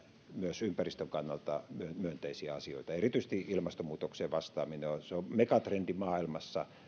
myös ympäristön kannalta myönteisiä asioita erityisesti ilmastonmuutokseen vastaaminen on maailmassa megatrendi